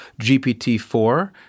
GPT-4